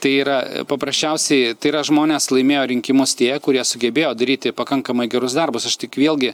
tai yra paprasčiausiai tai yra žmonės laimėjo rinkimus tie kurie sugebėjo daryti pakankamai gerus darbus aš tik vėlgi